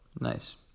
Nice